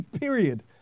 period